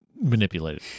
manipulated